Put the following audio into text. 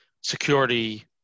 security